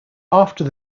after